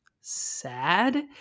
sad